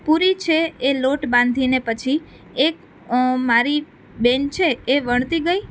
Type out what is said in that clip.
પૂરી છે એ લોટ બાંધીને પછી એક મારી બહેન છે એ વણતી ગઈ